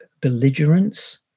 belligerence